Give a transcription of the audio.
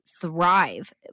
thrive